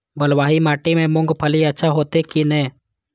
बलवाही माटी में मूंगफली अच्छा होते की ने?